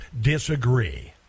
disagree